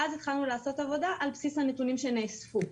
ואז התחלנו לעשות עבודה על בסיס הנתונים שנאספו.